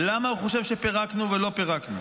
למה הוא חושב שפירקנו ולא פירקנו,